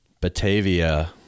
Batavia